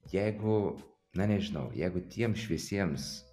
jeigu na nežinau jeigu tiems šviesiems